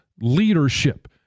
leadership